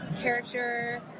character